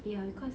ya cause